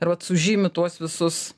ir vat sužymiu tuos visus